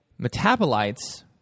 metabolites